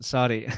Sorry